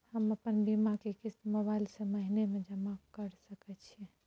हम अपन बीमा के किस्त मोबाईल से महीने में जमा कर सके छिए?